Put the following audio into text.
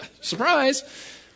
Surprise